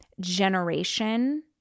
generation